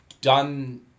done